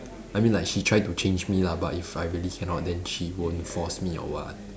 I mean like she try to change me lah but if I really cannot then she won't force me or what